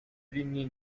linii